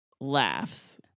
laughs